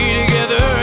together